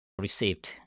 received